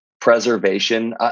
preservation